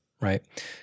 right